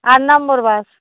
আট নাম্বর বাস